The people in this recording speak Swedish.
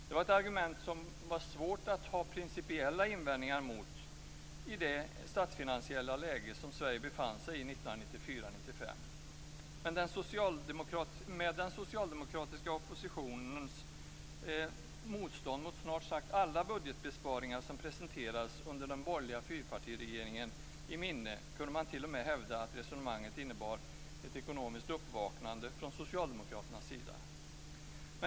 Det var ett argument som det var svårt att ha några principiella invändningar mot i det statsfinansiella läge som Sverige befann sig i 1994-1995. Med den socialdemokratiska oppositionens motstånd mot snart sagt alla budgetbesparingar som presenterades under den borgerliga fyrpartiregeringen i minne, kunde man t.o.m. hävda att resonemanget innebar ett ekonomiskt uppvaknande från socialdemokraternas sida.